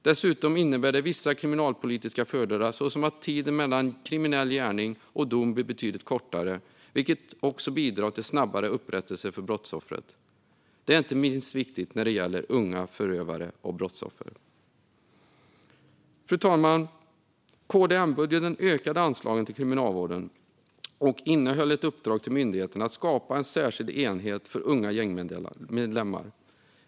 Dessutom innebär de vissa kriminalpolitiska fördelar, såsom att tiden mellan kriminell gärning och dom blir betydligt kortare, vilket också bidrar till snabbare upprättelse för brottsoffret. Detta är inte minst viktigt när det gäller unga förövare och brottsoffer. Fru talman! KD-M-budgeten ökade anslagen till Kriminalvården och innehöll ett uppdrag till myndigheten att skapa en särskild enhet för unga gängmedlemmar.